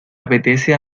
apetece